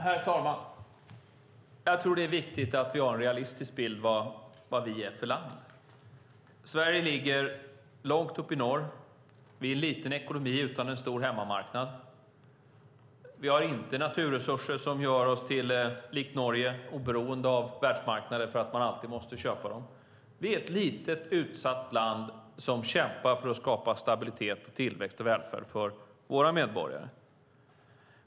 Herr talman! Jag tror att det är viktigt att vi har en realistisk bild av vad Sverige är för land. Sverige ligger långt uppe i norr. Vi är en liten ekonomi utan en stor hemmamarknad. Vi har inte naturresurser som gör oss, likt Norge, oberoende av världsmarknaden, därför att vi måste alltid köpa dem. Vi är ett litet utsatt land som kämpar för att skapa stabilitet, tillväxt och välfärd för våra medborgare.